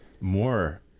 more